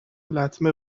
لطمه